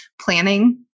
planning